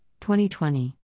2020